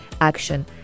action